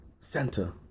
center